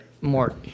more